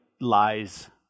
lies